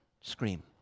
scream